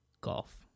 Golf